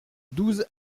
douze